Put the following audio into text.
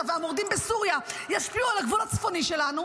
והמורדים בסוריה ישפיעו על הגבול הצפוני שלנו?